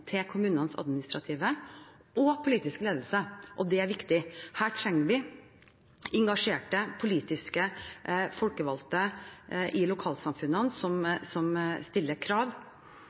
til kommunenes administrative og politiske ledelse. Og det er viktig. Her trenger vi engasjerte politiske folkevalgte i lokalsamfunnene som stiller krav